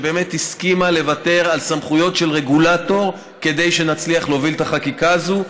שהסכימה לוותר על סמכויות של רגולטור כדי שנצליח להוביל את החקיקה הזאת.